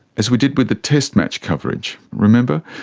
as we did with the test match coverage, remember?